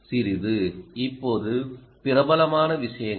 சிறிது இப்போது பிரபலமான விஷயங்கள்